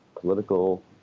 political